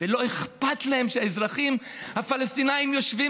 ולא אכפת להם שהאזרחים הפלסטינים יושבים